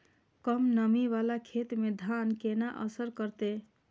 कम नमी वाला खेत में धान केना असर करते?